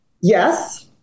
yes